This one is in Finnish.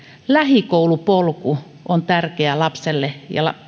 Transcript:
lähikoulupolku on tärkeä lapselle ja